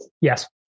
Yes